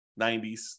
90s